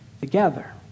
together